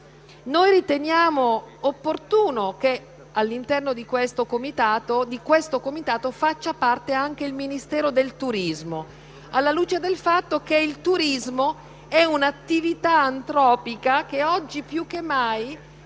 Noi riteniamo opportuno che di questo Comitato faccia parte anche il Ministro del turismo, alla luce del fatto che il turismo è un'attività antropica che, oggi più che mai,